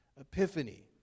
epiphany